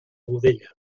godella